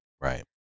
right